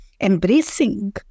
embracing